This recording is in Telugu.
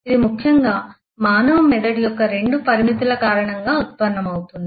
ఇది ముఖ్యంగా మానవ మెదడు యొక్క రెండు పరిమితుల కారణంగా ఉత్పన్నమవుతుంది